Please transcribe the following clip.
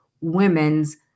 women's